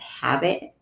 habit